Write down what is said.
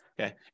okay